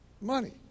money